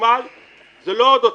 חשמל הוא לא עוד הוצאה.